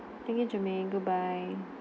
thank you germane goodbye